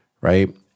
right